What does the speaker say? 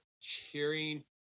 cheering